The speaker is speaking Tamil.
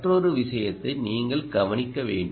மற்றொரு விஷயத்தை நீங்கள் கவனிக்க வேண்டும்